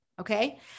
okay